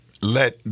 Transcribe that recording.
let